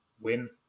win